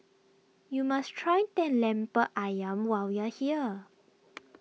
you must try the Lemper Ayam while you are here